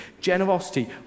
generosity